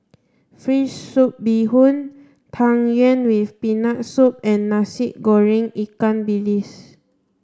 fish soup bee hoon tang yuen with peanut soup and Nasi Goreng Ikan Bilis